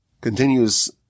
Continues